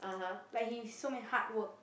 like he so many hard work